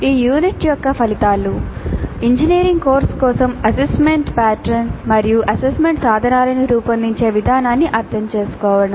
ఈ యూనిట్ యొక్క ఫలితాలు ఇంజనీరింగ్ కోర్సు కోసం assessment pattern and assessment instruments రూపొందించే విధానాన్ని అర్థం చేసుకోవడం